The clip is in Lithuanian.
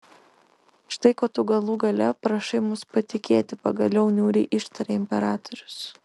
štai kuo tu galų gale prašai mus patikėti pagaliau niūriai ištarė imperatorius